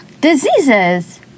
Diseases